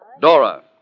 Dora